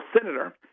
senator